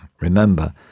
Remember